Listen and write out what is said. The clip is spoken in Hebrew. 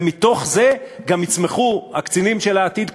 ומתוך זה גם יצמחו הקצינים של העתיד,